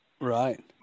Right